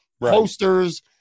posters